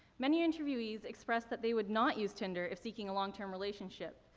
many interviewees expressed that they would not use tinder if seeking a long-term relationship.